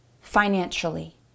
financially